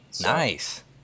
nice